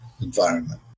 environment